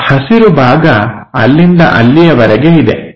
ಆ ಹಸಿರು ಭಾಗ ಅಲ್ಲಿಂದ ಅಲ್ಲಿಯವರೆಗೆ ಇದೆ